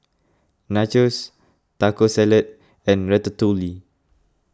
Nachos Taco Salad and Ratatouille